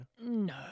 No